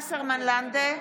לנדה,